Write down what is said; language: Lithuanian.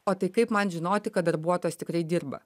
o tai kaip man žinoti kad darbuotojas tikrai dirba